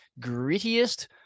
grittiest